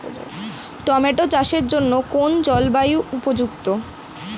Tomato চাষের জন্য কোন জলবায়ু উপযুক্ত?